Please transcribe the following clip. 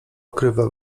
okrywa